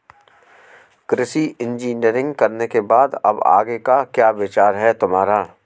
कृषि इंजीनियरिंग करने के बाद अब आगे का क्या विचार है तुम्हारा?